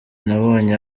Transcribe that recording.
nabonye